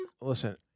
Listen